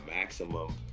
maximum